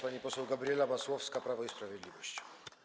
Pani poseł Gabriela Masłowska, Prawo i Sprawiedliwość.